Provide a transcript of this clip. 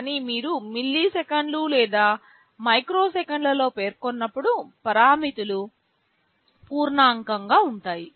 కానీ మీరు మిల్లీసెకన్లు లేదా మైక్రోసెకన్లలో పేర్కొన్నప్పుడు పారామితులు పూర్ణాంకంగా ఉంటాయి